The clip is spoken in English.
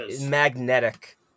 Magnetic